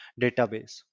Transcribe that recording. database